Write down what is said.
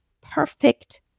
perfect